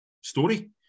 story